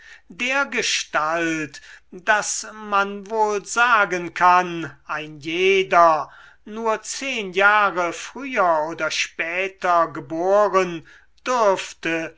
dergestalt daß man wohl sagen kann ein jeder nur zehn jahre früher oder später geboren dürfte